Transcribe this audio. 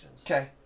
Okay